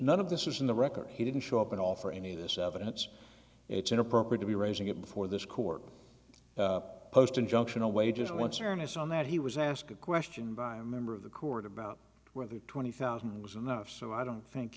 none of this is in the record he didn't show up at all for any of this evidence it's inappropriate to be raising it before this court post injunction away just once earnest on that he was asked a question by a member of the court about whether twenty thousand was enough so i don't think